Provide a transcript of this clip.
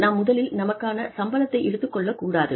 நாம் முதலில் நமக்கான சம்பளத்தை எடுத்துக் கொள்ளக் கூடாது